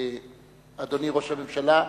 אדוני ראש הממשלה,